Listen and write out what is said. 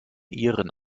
ihren